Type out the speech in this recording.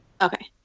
Okay